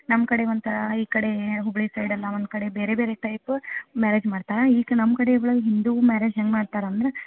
ನಮ್ಮ ಕಡೆ ಒಂಥರಾ ಈ ಕಡೇ ಹುಬ್ಬಳ್ಳಿ ಸೈಡೆಲ್ಲ ಒಂದು ಕಡೆ ಬೇರೆ ಬೇರೆ ಟೈಪ್ ಮ್ಯಾರೇಜ್ ಮಾಡ್ತಾ ಈಗ ನಮ್ಮ ಕಡಿಗಳಲ್ಲಿ ಹಿಂದೂ ಮ್ಯಾರೇಜ್ ಹೆಂಗೆ ಮಡ್ತಾರಂದ್ರ